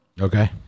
Okay